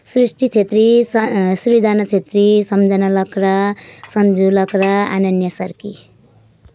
Srishti Chhetri Srijana Chhetri Samjhana Lakra Sanju Lakra Ananya Sarki